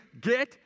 get